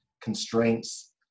constraints